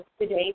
today